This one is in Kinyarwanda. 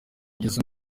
ingeso